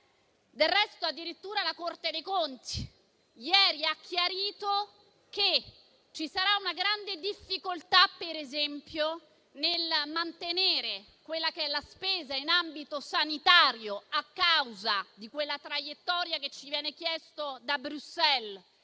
Del resto, addirittura la Corte dei conti ieri ha chiarito che ci sarà una grande difficoltà, per esempio, nel mantenere quella che è la spesa in ambito sanitario a causa della traiettoria che ci viene chiesta da Bruxelles